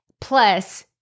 plus